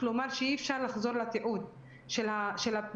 כלומר שאי אפשר לחזור לתיעוד של הפנייה,